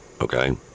okay